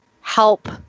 help